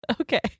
Okay